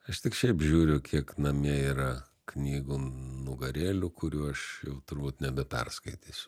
aš tik šiaip žiūriu kiek namie yra knygų nugarėlių kurių aš jau turbūt nebe perskaitysiu